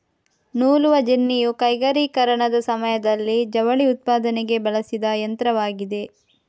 ನೂಲುವ ಜೆನ್ನಿಯು ಕೈಗಾರಿಕೀಕರಣದ ಸಮಯದಲ್ಲಿ ಜವಳಿ ಉತ್ಪಾದನೆಗೆ ಬಳಸಿದ ಯಂತ್ರವಾಗಿದೆ